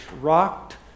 rocked